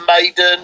Maiden